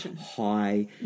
high